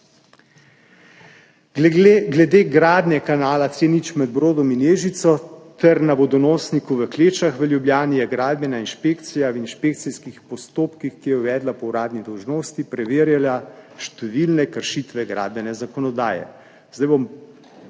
Glede gradnje kanala C0 med Brodom in Ježico ter na vodonosniku v Klečah v Ljubljani je Gradbena inšpekcija v inšpekcijskih postopkih, ki jih je uvedla po uradni dolžnosti, preverjala številne kršitve gradbene zakonodaje.